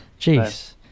Jeez